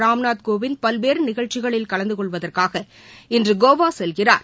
ராம்நாத் கோவிந்த் பல்வேறு நிகழ்ச்சிகளில் கலந்து கொள்வதற்காக இன்று கோவா செல்கிறார்